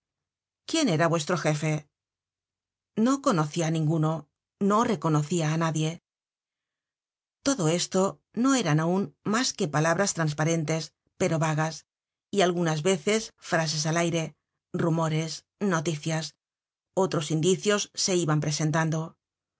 quién era vuestro jefe no conocía á ninguno reconocía á nadie todo esto no eran aun mas que palabras trasparentes pero vagas y algunas veces frases al aire rumores noticias otros indicios se iban presentando